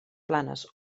planes